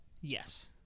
Yes